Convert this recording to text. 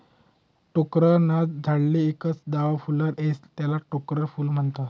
टोक्कर ना झाडले एकच दाव फुल्लर येस त्याले टोक्कर फूल म्हनतस